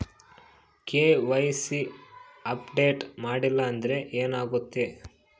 KYC update ಮಾಡಿಲ್ಲ ಅಂದ್ರೆ ಏನಾಗುತ್ತೆ?